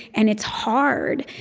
and it's hard.